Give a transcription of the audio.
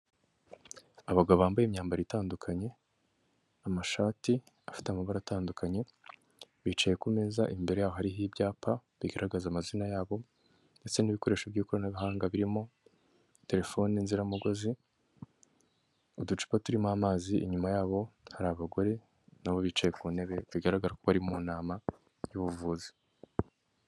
Abagabo bambaye imyambaro itandukanye, amashati afite amabara atandukanye, bicaye ku meza imbere yabo hariho ibyapa bigaragaza amazina yabo, ndetse n'ibikoresho by'ikoranabuhanga birimo telefone, inziramugozi, uducupa turimo amazi. Inyuma yabo hari abagore nabo bicaye ku ntebe, bigaragara ko bari mu nama y'ubuvuzi.